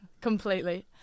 completely